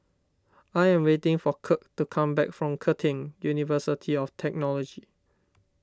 I am waiting for Kirk to come back from Curtin University of Technology